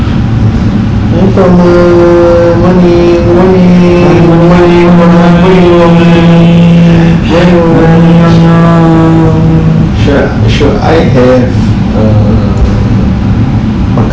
hey thomas morning morning morning morning morning should I have ah makan pantas